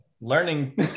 learning